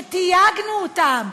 שתייגנו אותם,